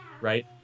right